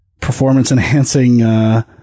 performance-enhancing